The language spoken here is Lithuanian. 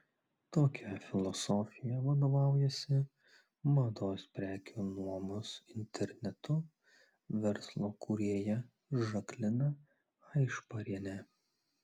tokia filosofija vadovaujasi mados prekių nuomos internetu verslo kūrėja žaklina aišparienė